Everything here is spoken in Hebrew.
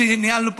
כשניהלנו מאבק,